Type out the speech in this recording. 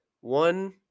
one